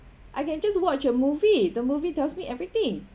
I can just watch a movie the movie tells me everything